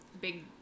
big